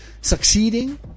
succeeding